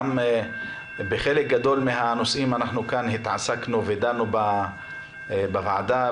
בחלק גדול מן הנושאים התעסקנו בוועדה,